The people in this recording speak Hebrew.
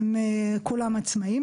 הם כולם עצמאיים,